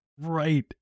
right